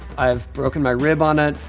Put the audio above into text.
i've broken my rib on it.